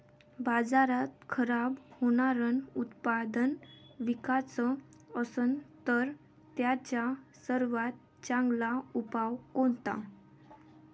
बाजारात खराब होनारं उत्पादन विकाच असन तर त्याचा सर्वात चांगला उपाव कोनता?